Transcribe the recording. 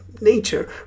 nature